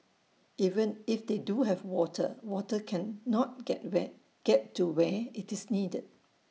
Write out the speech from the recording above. even if they do have water water cannot get where get to where IT is needed